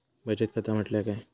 बचत खाता म्हटल्या काय?